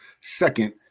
Second